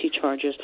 charges